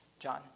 John